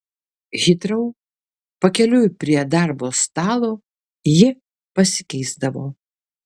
hitrou pakeliui prie darbo stalo ji pasikeisdavo